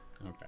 okay